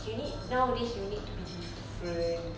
you need nowadays you need to be different